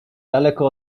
daleko